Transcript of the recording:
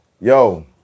Yo